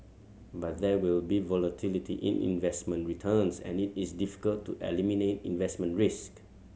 but there will be volatility in investment returns and it is difficult to eliminate investment risk